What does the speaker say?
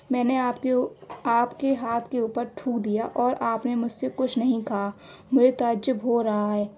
میں نے آپ کے آپ کے ہاتھ کے اوپر تھوک دیا اور آپ نے مجھ سے کچھ نہیں کہا مجھے تعجب ہو رہا ہے